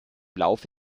laufe